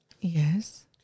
Yes